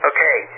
Okay